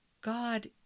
God